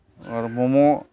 आरो म'म'